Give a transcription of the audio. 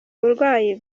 burwayi